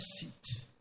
seat